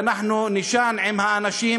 אנחנו נישן עם האנשים,